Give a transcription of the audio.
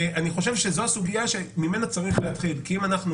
אני חושב שזו הסוגיה ממנה צריך להתחיל כי אם אנחנו